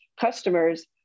customers